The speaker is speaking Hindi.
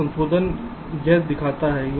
तो संशोधन इस तरह दिखता है